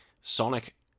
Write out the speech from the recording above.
Sonic